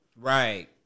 Right